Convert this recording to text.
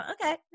okay